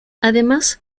además